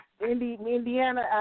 Indiana